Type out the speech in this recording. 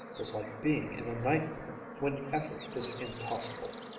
was like being in a nightmare when effort is impossible.